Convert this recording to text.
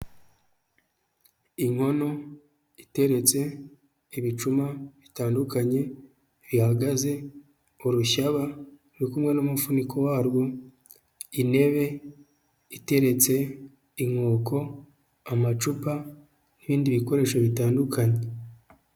Inkono iteretse, ibicuma bitandukanye bihagaze, urushyaba ruri kumwe n'umufuniko warwo intebe iteretse, inkoko, amacupa n'ibindi bikoresho bitandukanye.